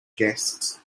guests